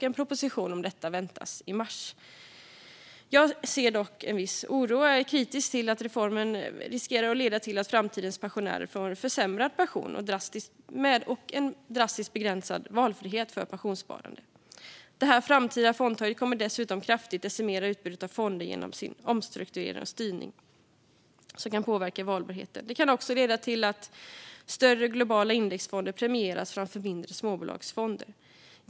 En proposition om detta väntas i mars. Jag känner dock en viss oro och är kritisk till att reformen riskerar att leda till att framtidens pensionärer får försämrad pension och drastiskt begränsad valfrihet i fråga om pensionssparande. Det framtida fondtorget kommer dessutom kraftigt att decimera utbudet av fonder genom sin omstrukturering och styrning, som kan påverka valbarheten. Det kan också leda till att större globala indexfonder premieras framför mindre småbolagsfonder.